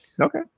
Okay